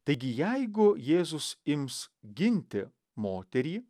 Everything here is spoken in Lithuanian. taigi jeigu jėzus ims ginti moterį